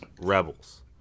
Rebels